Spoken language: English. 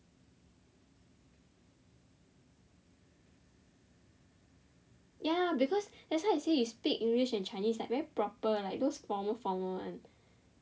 ya because that's why I say you speak english and chinese like very proper like those formal formal [one]